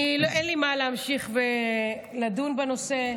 אין לי מה להמשיך ולדון בנושא,